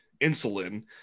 insulin